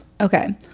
Okay